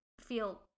feel